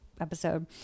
episode